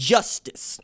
Justice